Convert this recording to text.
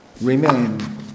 remain